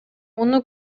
муну